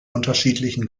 unterschiedlichen